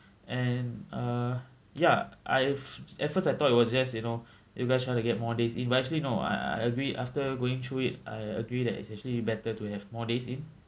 and uh ya I've at first I thought it was just you know you guys trying to get more days in but actually no I I agree after going through it I agree that it's actually better to have more days in